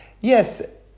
Yes